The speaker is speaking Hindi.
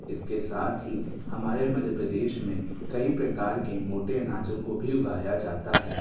इसके साथ ही हमारे मध्य प्रदेश में कई प्रकार के मोटे अनाजों को भी उगाया जाता है